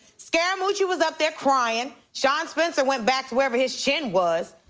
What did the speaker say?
scaramucci was up there crying. sean spicer went back to wherever his chin was.